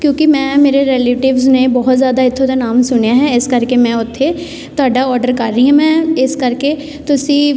ਕਿਉਂਕਿ ਮੈਂ ਮੇਰੇ ਰੈਲੇਟਿਵਸ ਨੇ ਬਹੁਤ ਜ਼ਿਆਦਾ ਇੱਥੋਂ ਦਾ ਨਾਮ ਸੁਣਿਆ ਹੈ ਇਸ ਕਰਕੇ ਮੈਂ ਉੱਥੇ ਤੁਹਾਡਾ ਔਡਰ ਕਰ ਰਹੀ ਹਾਂ ਮੈਂ ਇਸ ਕਰਕੇ ਤੁਸੀਂ